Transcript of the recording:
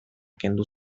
kendu